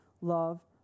love